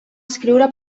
escriure